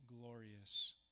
glorious